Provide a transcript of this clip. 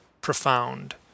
profound